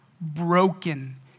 broken